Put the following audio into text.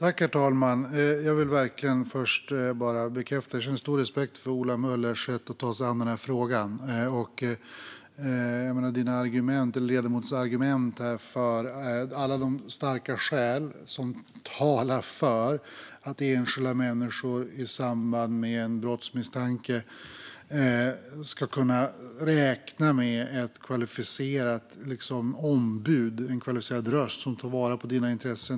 Herr talman! Jag känner stor respekt för Ola Möllers sätt att ta sig an frågan, och jag vill bara bekräfta de skäl som ledamoten tar upp och som talar för att enskilda människor i samband med en brottsmisstanke ska kunna räkna med ett kvalificerat ombud - en kvalificerad röst - som tar vara på deras intressen.